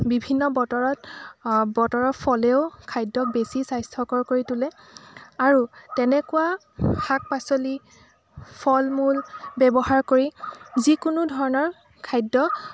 বিভিন্ন বতৰত বতৰৰ ফলেও খাদ্যক বেছি স্বাস্থ্যকৰ কৰি তোলে আৰু তেনেকুৱা শাক পাচলি ফল মূল ব্যৱহাৰ কৰি যিকোনো ধৰণৰ খাদ্য